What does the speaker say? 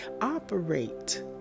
operate